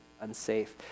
unsafe